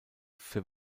für